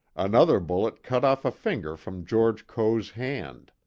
another bullet cut off a finger from george coe's hand.